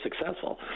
successful